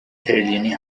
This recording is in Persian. تریلیونی